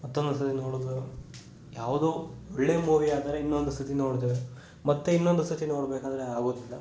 ಮತ್ತೆ ಮತ್ತೆ ನೋಡೋದು ಯಾವುದೋ ಒಳ್ಳೆ ಮೂವಿ ಆದರೆ ಇನ್ನೊಂದು ಸರ್ತಿ ನೋಡ್ತೇವೆ ಮತ್ತೆ ಇನ್ನೊಂದು ಸರ್ತಿ ನೋಡಬೇಕಾದ್ರೆ ಆಗೋದಿಲ್ಲ